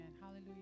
Hallelujah